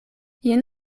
jen